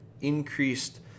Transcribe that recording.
increased